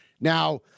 Now